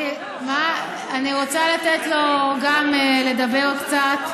אני רוצה לתת לו גם לדבר קצת,